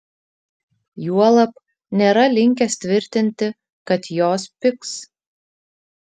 juolab nėra linkęs tvirtinti kad jos pigs